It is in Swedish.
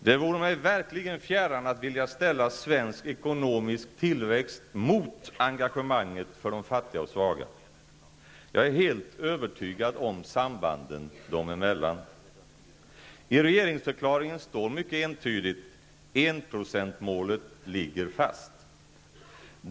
Det vore mig verkligen fjärran att vilja ställa svensk ekonomisk tillväxt mot engagemanget för de fattiga och svaga. Jag är helt övertygad om sambanden dem emellan. I regeringsförklaringen står mycket entydigt: ''Enprocentmålet ligger fast''.